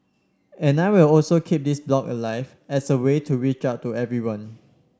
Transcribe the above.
and I will also keep this blog alive as a way to reach out to everyone